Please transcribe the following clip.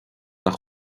nach